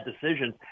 decisions